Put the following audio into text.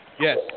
Yes